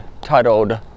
titled